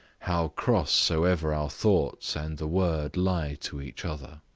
how cross soever our thoughts and the word lie to each other.